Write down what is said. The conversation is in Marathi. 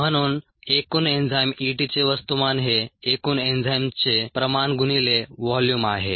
म्हणून एकूण एन्झाईम E t चे वस्तुमान हे एकूण एन्झाईमचचे प्रमाण गुणिले व्हॉल्यूम आहे